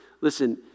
listen